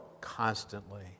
constantly